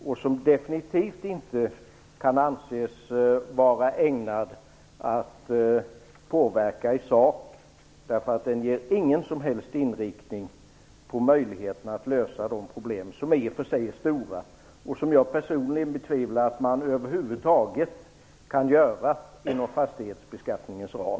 Den kan definitivt inte anses vara ägnad att påverka i sak. Den ger ingen som helst inriktning när det gäller möjligheterna att lösa de problem som i och för sig är stora och som jag personligen betvivlar att man över huvud taget kan lösa inom fastighetsbeskattningens ram.